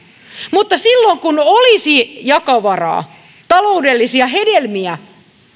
mutta silloin kun olisi jakovaraa taloudellisia hedelmiä